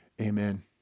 Amen